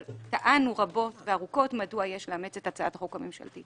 אבל טענו רבות וארוכות מדוע יש לאמץ את הצעת החוק הממשלתית.